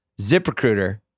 ZipRecruiter